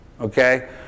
Okay